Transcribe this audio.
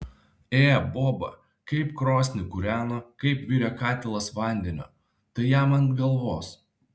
ė boba kaip krosnį kūreno kaip virė katilas vandenio tai jam ant galvos